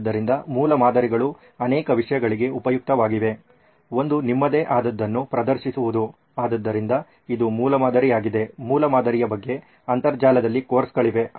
ಆದ್ದರಿಂದ ಮೂಲಮಾದರಿಗಳು ಅನೇಕ ವಿಷಯಗಳಿಗೆ ಉಪಯುಕ್ತವಾಗಿವೆ ಒಂದು ನಿಮ್ಮದೇ ಆದದನ್ನು ಪ್ರದರ್ಶಿಸುವುದು ಆದ್ದರಿಂದ ಇದು ಮೂಲಮಾದರಿಯಾಗಿದೆ ಮೂಲಮಾದರಿಯ ಬಗ್ಗೆ ಅಂತರ್ಜಾಲದಲ್ಲಿ ಕೋರ್ಸ್ಗಳಿವೆ